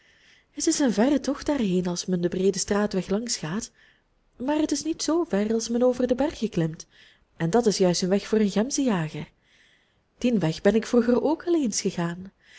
het is een verre tocht daarheen als men den breeden straatweg langs gaat maar het is niet zoo ver als men over de bergen klimt en dat is juist een weg voor een gemzenjager dien weg ben ik vroeger ook al eens gegaan